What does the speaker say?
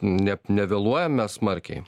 ne nevėluojam mes smarkiai